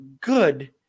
good